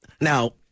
Now